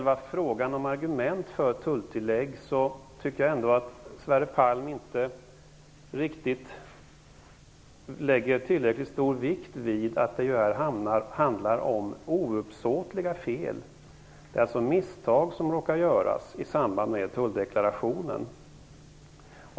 Vad gäller argumentationen för tulltillägg tycker jag att Sverre Palm inte lägger tillräckligt stor vikt vid att det här handlar om ouppsåtliga fel, misstag som man råkar göra i samband med tulldeklarationen.